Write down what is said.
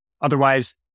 Otherwise